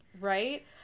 right